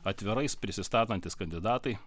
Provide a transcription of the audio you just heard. atvirais prisistatantis kandidatai